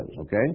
Okay